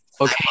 Okay